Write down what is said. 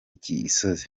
gisozi